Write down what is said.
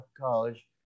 college